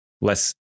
less